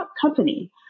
company